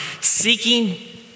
seeking